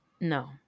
No